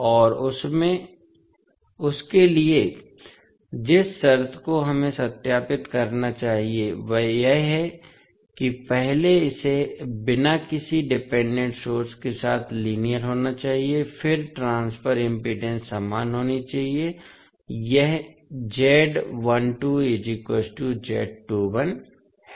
और उसके लिए जिस शर्त को हमें सत्यापित करना चाहिए वह यह है कि पहले इसे बिना किसी डिपेंडेंट सोर्स के साथ लीनियर होना चाहिए फिर ट्रांसफर इम्पीडेन्स समान होनी चाहिए यह है